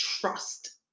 trust